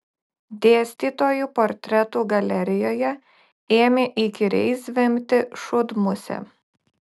dėstytojų portretų galerijoje ėmė įkyriai zvimbti šūdmusė